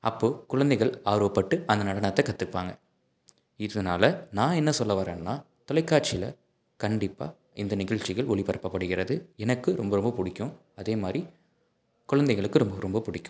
அப்போது குழந்தைகள் ஆர்வப்பட்டு அந்த நடனத்தை கற்றுப்பாங்க இதனால நான் என்ன சொல்ல வரேன்னால் தொலைக்காட்சியில் கண்டிப்பாக இந்த நிகழ்ச்சிகள் ஒளிபரப்பப்படுகிறது எனக்கு ரொம்ப ரொம்ப பிடிக்கும் அதே மாதிரி குழந்தைகளுக்கு ரொம்ப ரொம்ப பிடிக்கும்